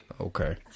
Okay